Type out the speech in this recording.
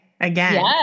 again